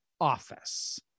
office